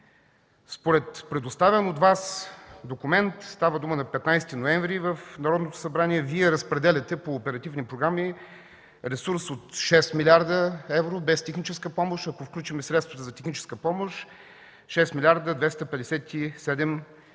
Според предоставен от Вас документ – става дума за 15 ноември 2013 г. в Народното събрание, Вие разпределяте по оперативни програми ресурс от 6 млрд. евро, без техническа помощ. Ако включим средствата за техническа помощ – 6 млрд. 257 млн.